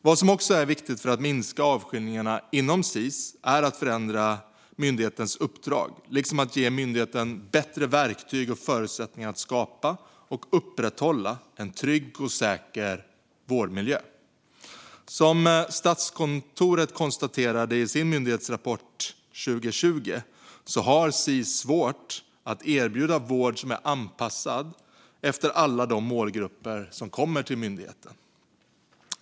Vad som också är viktigt för att minska avskiljningarna inom Sis är att förändra myndighetens uppdrag liksom att ge myndigheten bättre verktyg och förutsättningar att skapa och upprätthålla en trygg och säker vårdmiljö. Som Statskontoret konstaterade i sin myndighetsrapport 2020 har Sis svårt att erbjuda vård som är anpassad efter alla de målgrupper som kommer till myndigheten.